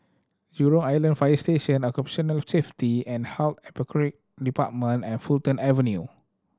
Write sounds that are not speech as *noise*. Jurong Island Fire Station Occupational Safety and Health *unintelligible* Department and Fulton Avenue